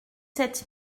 sept